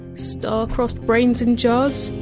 star-crossed brains in jars?